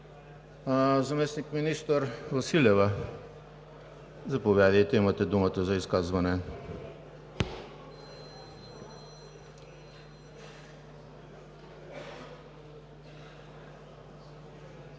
Заместник-министър Василева, заповядайте. Имате думата за изказване.